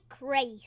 Race